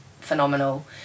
phenomenal